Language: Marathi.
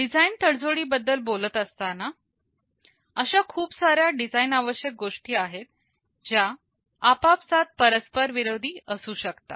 डिझाईन तडजोड बद्दल बोलत असताना अशा खूप साऱ्या डिझाईन आवश्यक गोष्टी आहेत ज्या आपापसात परस्पर विरोधी असू शकतात